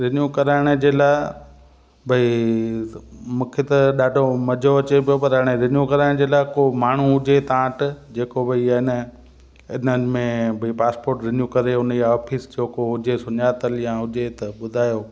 renew कराइण जे लाइ भई मूंखे त ॾाढो मज़ो अचे पियो पर हाणे रिन्यू कराइण जे लाइ को माण्हू हुजे तव्हां वटि जेको भई आहे न इन्हनि में पासपोर्ट रिन्यू करे उन जी ऑफ़िस जो को हुजे सुञातल या हुजे त ॿुधायो